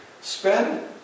spend